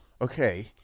Okay